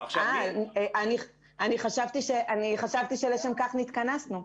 אני חשבתי שלשם כך נתכנסנו.